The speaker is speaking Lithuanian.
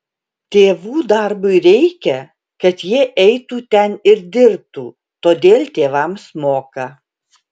tėvų darbui reikia kad jie eitų ten ir dirbtų todėl tėvams moka